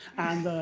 and,